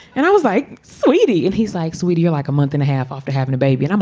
and i was like, sweetie, and he's like, sweetie, you're like a month and a half after having a baby. and i'm